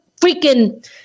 freaking